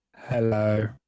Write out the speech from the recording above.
Hello